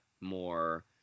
more